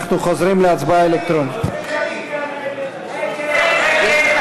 חברי הכנסת, 59 בעד, 61 נגד.